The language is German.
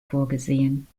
vorgesehen